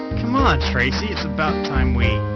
c'mon, tracy, it's about time we.